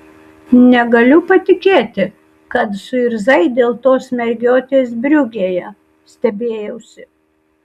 negaliu patikėti kad suirzai dėl tos mergiotės briugėje stebėjausi